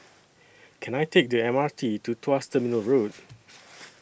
Can I Take The M R T to Tuas Terminal Road